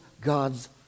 God's